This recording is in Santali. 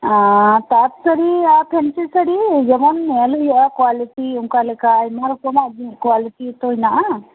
ᱛᱟᱸᱛ ᱥᱟᱹᱲᱤ ᱟᱨ ᱯᱟᱹᱱᱪᱤ ᱥᱟᱹᱲᱤ ᱡᱮᱢᱚᱱ ᱧᱮᱞ ᱦᱩᱭᱩᱜᱼᱟ ᱠᱳᱭᱟᱞᱤᱴᱤ ᱚᱱᱠᱟ ᱞᱮᱠᱟ ᱟᱭᱢᱟ ᱨᱚᱠᱚᱢᱟᱜ ᱠᱳᱭᱟᱞᱤᱴᱤ ᱦᱚᱛᱚ ᱦᱮᱱᱟᱜᱼᱟ